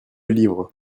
livre